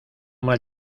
mal